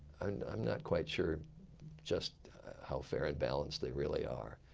and i'm not quite sure just how fair and balanced they really are.